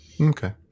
Okay